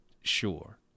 Sure